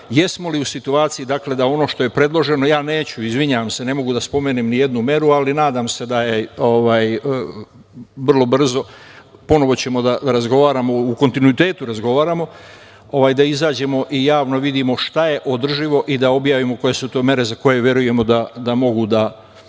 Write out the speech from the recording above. jesmo li u situaciji, dakle, ono što je predloženo, ja neću, izvinjavam se, ne mogu da spomenem nijednu meru, ali nadam se da je vrlo brzo, ponovo ćemo da razgovaramo u kontinuitetu, da izađemo i javno vidimo šta je održivo i da objavimo koje su to mere, za koje verujemo da mogu da